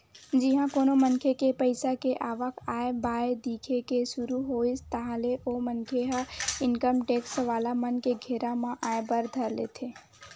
जिहाँ कोनो मनखे के पइसा के आवक आय बाय दिखे के सुरु होइस ताहले ओ मनखे ह इनकम टेक्स वाला मन के घेरा म आय बर धर लेथे